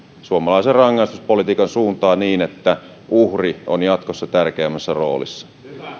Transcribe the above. suomalaisen rangaistuspolitiikan suuntaa niin että uhri on jatkossa tärkeämmässä roolissa